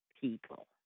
people